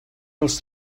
dels